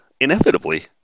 inevitably